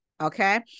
Okay